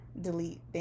delete